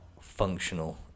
functional